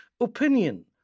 opinion